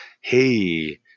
hey